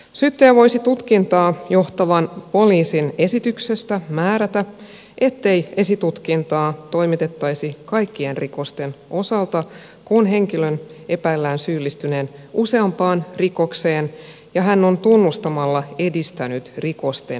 syyttäjä voisi tutkintaa johtavan poliisin esityksestä määrätä ettei esitutkintaa toimitettaisi kaikkien rikosten osalta kun henkilön epäillään syyllistyneen useampaan rikokseen ja hän on tunnustamalla edistänyt rikosten selvittämistä